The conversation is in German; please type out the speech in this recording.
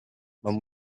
man